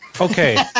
Okay